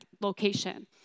location